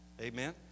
Amen